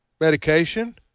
medication